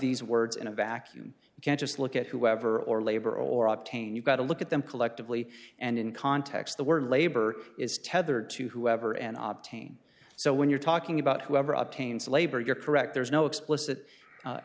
these words in a vacuum you can't just look at whoever or labor or obtain you've got to look at them collectively and in context the word labor is tethered to whoever and ob team so when you're talking about whoever obtains labor you're perec there's no explicit